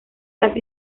las